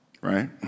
right